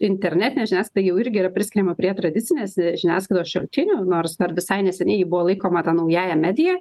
internetinė žinias tai jau irgi yra priskiriama prie tradicinės žiniasklaidos šaltinių nors dar visai neseniai ji buvo laikoma ta naująja medija